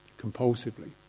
compulsively